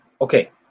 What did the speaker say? okay